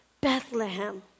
Bethlehem